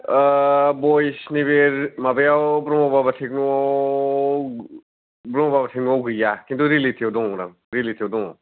ओह बइस नैबे माबायाव ब्रह्म बाबा तेख्न'आव गैया खिन्थु रिएलिटियाव दङदां रिएलिटियाव दं